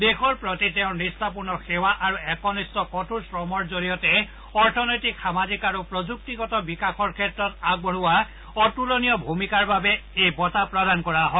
দেশৰ প্ৰতি তেওঁৰ নিষ্ঠাপূৰ্ণ সেৱা আৰু একনিষ্ঠ কঠোৰ শ্ৰমৰ জৰিয়তে অৰ্থনৈতিক সামাজিক আৰু প্ৰযুক্তিগত বিকাশৰ ক্ষেত্ৰত আগবঢ়োৱা অতূলনীয় ভূমিকাৰ বাবে শ্ৰীমোদীক এই বঁটা প্ৰদান কৰা হয়